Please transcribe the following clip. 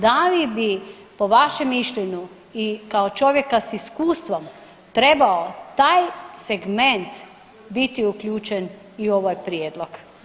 Da li bi po vašem mišljenju i kao čovjeka s iskustvom trebao taj segment biti uključen i u ovaj prijedlog?